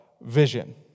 vision